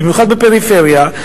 במיוחד בפריפריה,